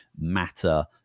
matter